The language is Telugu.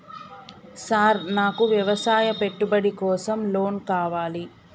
సార్ నాకు వ్యవసాయ పెట్టుబడి కోసం లోన్ కావాలి?